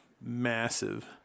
massive